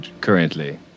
currently